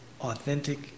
authentic